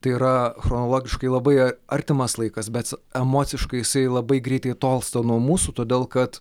tai yra chronologiškai labai artimas laikas bet emociškai jisai labai greitai tolsta nuo mūsų todėl kad